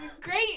great